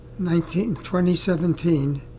2017